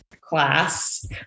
class